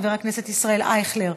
חבר הכנסת ישראל אייכלר,